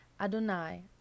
Adonai